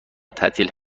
تعطیل